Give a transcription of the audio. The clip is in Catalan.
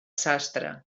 sastre